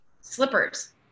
slippers